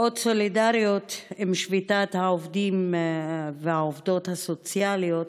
לאות סולידריות עם שביתת העובדים והעובדות הסוציאליות